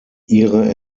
ihre